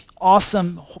Awesome